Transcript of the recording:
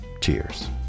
Cheers